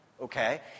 Okay